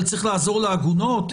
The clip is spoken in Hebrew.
אבל צריך לעזור לעגונות?